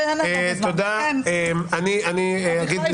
גם לי יש כמה דברים לומר.